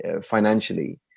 financially